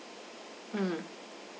mm